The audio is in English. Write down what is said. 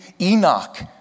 Enoch